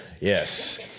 yes